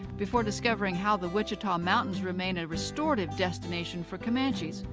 before discovering how the wichita mountains remain a restorative destination for comanches.